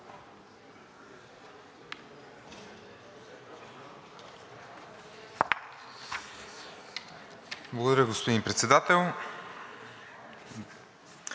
Благодаря, господин Председател.